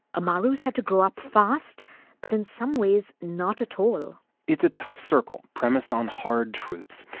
amaru's had to grow up fast but in some ways not at all it's a tough circle premised on hard truths,